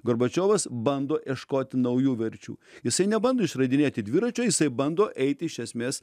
gorbačiovas bando ieškoti naujų verčių jisai nebando išradinėti dviračio jisai bando eiti iš esmės